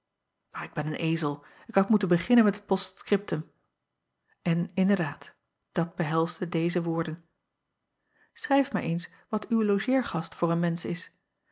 aar ik ben een ezel k had moeten beginnen met het post-scriptum n inderdaad dat behelsde deze woorden chrijf mij eens wat uw logeergast voor een mensch is